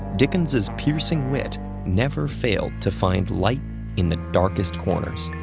dickens's piercing wit never failed to find light in the darkest corners.